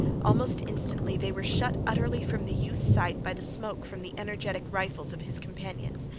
almost instantly they were shut utterly from the youth's sight by the smoke from the energetic rifles of his companions.